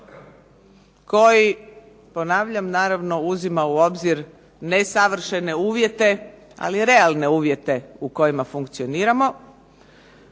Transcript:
koji ponavljam naravno uzima u obzir ne savršene uvjete ali realne uvjete u kojima funkcioniramo,